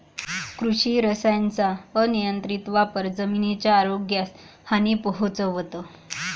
कृषी रसायनांचा अनियंत्रित वापर जमिनीच्या आरोग्यास हानी पोहोचवतो